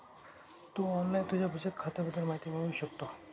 तू online तुझ्या बचत खात्याबद्दल माहिती मिळवू शकतो